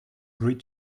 great